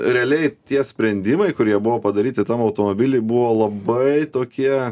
realiai tie sprendimai kurie buvo padaryti tam automobiliui buvo labai tokie